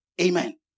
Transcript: Amen